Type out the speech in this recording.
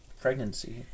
pregnancy